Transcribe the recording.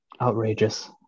Outrageous